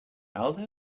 aldo